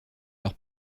leur